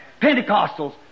Pentecostals